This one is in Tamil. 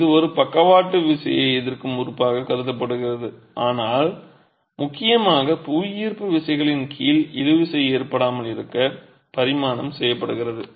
இது ஒரு பக்கவாட்டு விசையை எதிர்க்கும் உறுப்பாகக் கருதப்படுகிறது ஆனால் முக்கியமாக புவியீர்ப்பு விசைகளின் கீழ் இழு விசை ஏற்படாமல் இருக்க பரிமாணம் செய்யப்படுகிறது